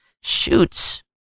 Shoots